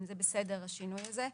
אם זה בסדר השינוי הזה.